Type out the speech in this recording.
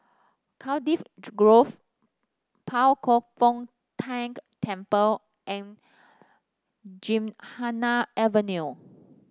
Cardiff Grove Pao Kwan Foh Tang Temple and Gymkhana Avenue